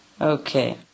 Okay